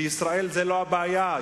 שישראל היא לא הבעיה,